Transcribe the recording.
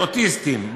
אוטיסטים,